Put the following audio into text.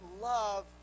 love